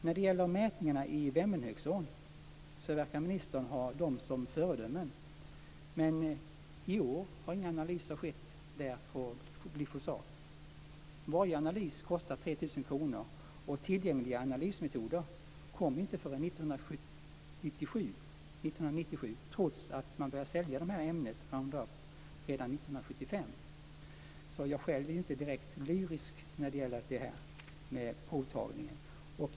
När det gäller mätningarna i Vemmenhögsån verkar ministern ha dem som föredömen. Men i år har inga analyser skett på glyfosat. Varje analys kostar 3 000 kr. Tillgängliga analysmetoder kom inte förrän 1997, trots att man började sälja ämnet Roundup redan år 1975. Jag själv är inte direkt lyrisk när det gäller provtagningen.